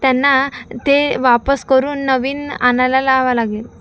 त्यांना ते वापस करून नवीन आणायला लावा लागेल